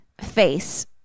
face